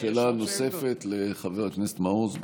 שאלה נוספת לחבר הכנסת מעוז,